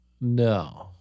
No